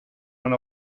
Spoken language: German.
man